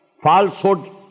falsehood